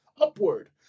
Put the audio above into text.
upward